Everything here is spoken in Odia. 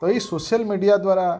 ଏଇ ସୋସିଆଲ୍ ମିଡ଼ିଆ ଦ୍ୱାରା